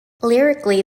lyrically